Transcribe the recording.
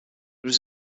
there